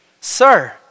Sir